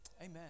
amen